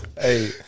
Hey